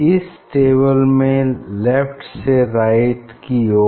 इस टेबल में लेफ्ट से राइट की ओर